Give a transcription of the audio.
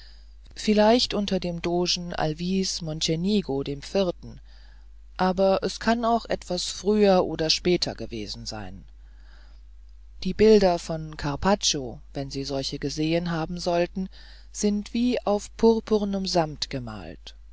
vielleicht unter dem dogen alvise mocenigo iv aber es kann auch etwas früher oder später gewesen sein die bilder von carpaccio wenn sie solche gesehen haben sollten sind wie auf purpurnem samt gemalt